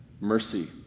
mercy